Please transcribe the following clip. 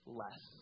less